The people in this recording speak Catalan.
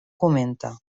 comenta